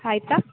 ಆಯ್ತ